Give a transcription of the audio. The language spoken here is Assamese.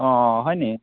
অঁ হয়নি